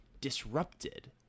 disrupted